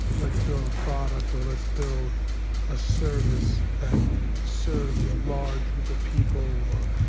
let's build a product or let's build a service that serves a large group of people, or